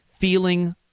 feeling